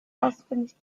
ausfindig